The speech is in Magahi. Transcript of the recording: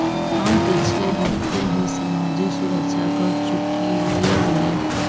हम पिछले हफ्ते ही सामाजिक सुरक्षा कर चुकइली हे